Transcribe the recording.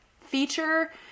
feature